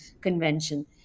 convention